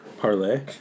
parlay